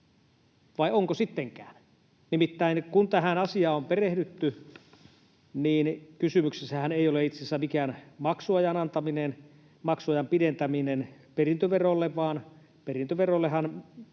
vai onko sittenkään? Nimittäin kun tähän asiaan on perehdytty, niin kysymyksessähän ei ole itse asiassa mikään maksuajan antaminen, maksuajan pidentäminen perintöverolle, vaan perintöverollehan